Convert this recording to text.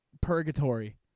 purgatory